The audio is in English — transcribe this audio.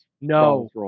no